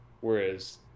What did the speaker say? Whereas